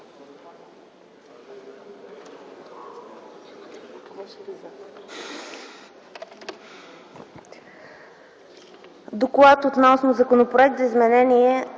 „ДОКЛАД относно Законопроект за изменение